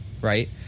right